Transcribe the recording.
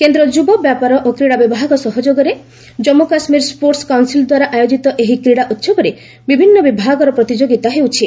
କେନ୍ଦ୍ର ଯୁବ ବ୍ୟାପାର ଓ କ୍ରୀଡ଼ା ବିଭାଗ ସହଯୋଗରେ ଜନ୍ମୁ କାଶ୍ମୀର ସ୍ୱେର୍ଟସ୍ କାଉନ୍ସିଲ୍ଦ୍ୱାରା ଆୟୋକିତ ଏହି କ୍ରୀଡ଼ା ଉତ୍ସବରେ ବିଭିନ୍ନ ବିଭାଗର ପ୍ରତିଯୋଗିତା ହେଉଛି